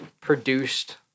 produced